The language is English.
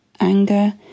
anger